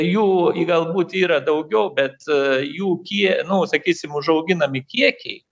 jų galbūt yra daugiau bet jų kie nu sakysim užauginami kiekiai